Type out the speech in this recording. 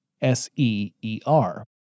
S-E-E-R